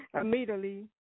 immediately